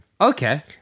Okay